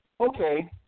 Okay